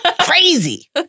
Crazy